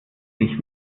sich